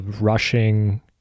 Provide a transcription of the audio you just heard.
rushing